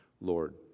Lord